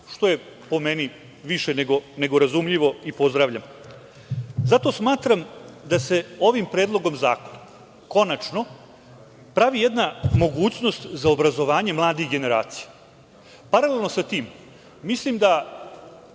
što je, po meni, više nego razumljivo i pozdravljam. Zato smatram da se ovim predlogom zakona konačno pravi jedna mogućnost za obrazovanje mladih generacija. Paralelno sa tim, mislim da